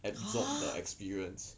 absorb the experience